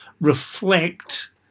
reflect